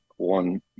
one